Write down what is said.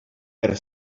per